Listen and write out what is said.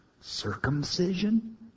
Circumcision